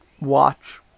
watch